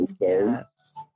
Yes